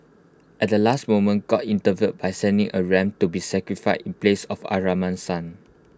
at the last moment God intervened by sending A ram to be sacrificed in place of Abraham's son